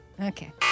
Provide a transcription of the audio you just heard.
Okay